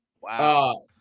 Wow